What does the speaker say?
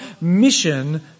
mission